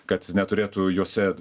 kad neturėtų juose